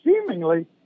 seemingly